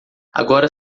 agora